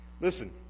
Listen